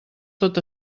tot